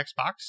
Xbox